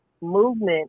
movement